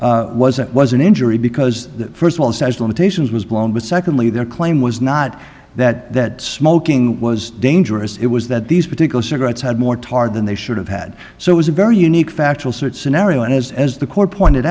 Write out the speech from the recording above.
inhalation wasn't was an injury because first of all it says limitations was blown but secondly their claim was not that that smoking was dangerous it was that these particular cigarettes had more tar than they should have had so it was a very unique factual sorts scenario and as the court pointed